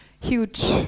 huge